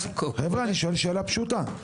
חבר'ה, אני שואל שאלה פשוטה.